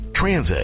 transit